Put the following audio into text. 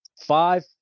five